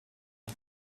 him